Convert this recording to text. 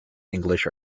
english